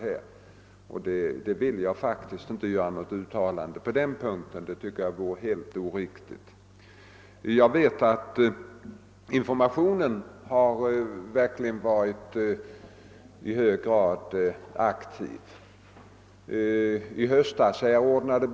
På den punkten vore det därför helt oriktigt av mig att göra något uttalande. Informationen har verkligen varit aktiv.